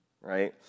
right